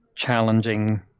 challenging